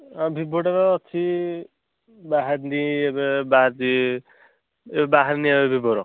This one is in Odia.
ଭିବୋଟାର ଅଛି ବାହାରିଛି ଏବେ ବାହାରିଛି ଏବେ ବାହାରିନି ଭିବୋର